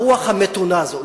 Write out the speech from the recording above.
הרוח המתונה הזאת.